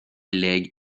leg